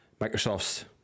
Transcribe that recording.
Microsoft's